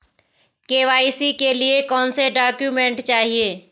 KYC के लिए कौनसे डॉक्यूमेंट चाहिये?